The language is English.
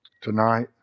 tonight